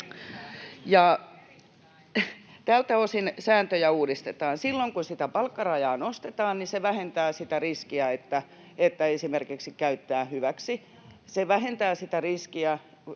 Tältä osin sääntöjä uudistetaan. Kun palkkarajaa nostetaan, se vähentää riskiä, että esimerkiksi käytetään hyväksi. Se vähentää sitä riskiä,